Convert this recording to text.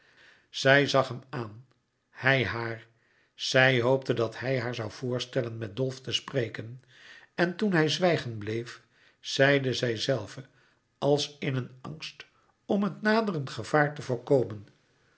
zij zag hem aan hij haar zij hoopte dat hij haar zoû voorstellen met dolf te spreken en toen hij zwijgen bleef zeide zij zelve als in een angst om het naderend gevaar te voorkomen